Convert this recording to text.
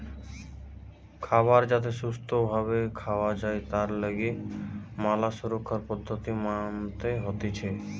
খাবার যাতে সুস্থ ভাবে খাওয়া যায় তার লিগে ম্যালা সুরক্ষার পদ্ধতি মানতে হতিছে